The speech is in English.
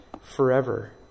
forever